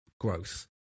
growth